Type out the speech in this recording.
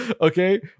Okay